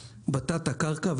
בתת-הקרקע,